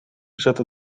zette